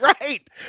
right